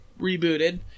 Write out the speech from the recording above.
rebooted